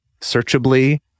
searchably